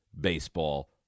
baseball